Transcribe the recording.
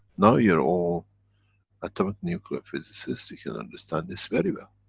now you're all atomic nuclear physicists, you can understand this very well.